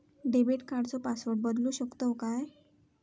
Debit कार्डचो password बदलु शकतव काय?